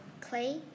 clay